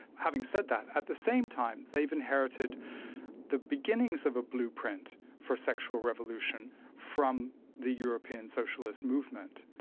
having said that, at the same time they've inherited the beginnings of a blueprint for sexual revolution from the european socialist movement,